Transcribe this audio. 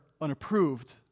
unapproved